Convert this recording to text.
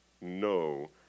no